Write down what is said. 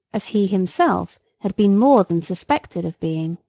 as he himself had been more than suspected of being.